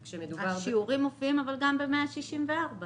השיעורים מופיעים גם בסעיף 164 למעשה,